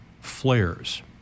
flares